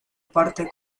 parte